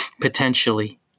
potentially